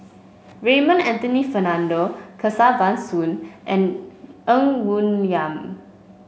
Raymond Anthony Fernando Kesavan Soon and Ng Woon Lam